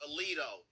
Alito